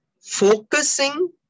focusing